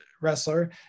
wrestler